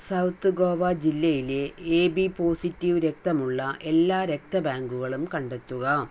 south Goa ജില്ലയിലെ A B positive രക്തമുള്ള എല്ലാ രക്തബാങ്കുകളും കണ്ടെത്തുക